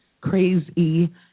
Crazy